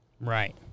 Right